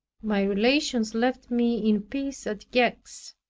my relations left me in peace at gex.